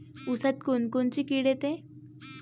ऊसात कोनकोनची किड येते?